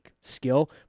skill